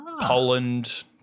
Poland